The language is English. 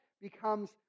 becomes